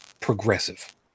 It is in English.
progressive